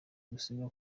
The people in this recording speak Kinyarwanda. gusiga